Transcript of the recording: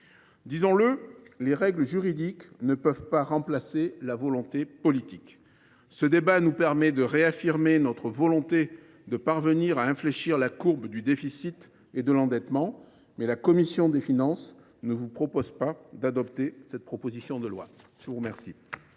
Disons le : les règles juridiques ne peuvent pas remplacer la volonté politique. Ce débat nous permet de réaffirmer notre volonté de parvenir à infléchir la courbe du déficit et de l’endettement, mais la commission des finances ne vous propose pas d’adopter cette proposition de loi. La parole